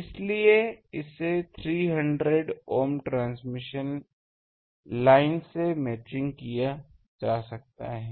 इसलिए इसे 300 ohm transmission line से मैचिंग किया जा सकता है